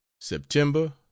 september